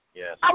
yes